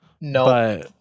No